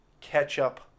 ketchup